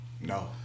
No